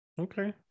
Okay